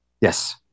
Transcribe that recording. Yes